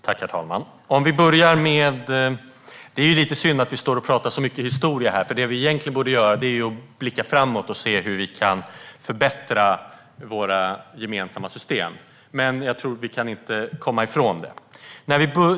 Herr talman! Det är lite synd att vi står och pratar om så mycket historia, för det vi egentligen borde göra är att blicka framåt och se hur vi kan förbättra våra gemensamma system. Men jag tror inte att vi kan komma ifrån detta.